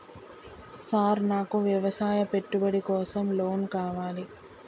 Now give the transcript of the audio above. Sir నాకు వ్యవసాయ పెట్టుబడి కోసం లోన్ కావాలి?